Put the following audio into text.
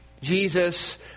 Jesus